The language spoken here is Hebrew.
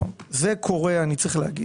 צריך להגיד.